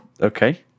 okay